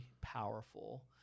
powerful